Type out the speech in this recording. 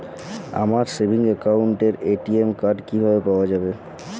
আমার সেভিংস অ্যাকাউন্টের ATM card কিভাবে পাওয়া যাবে?